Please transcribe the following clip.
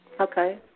Okay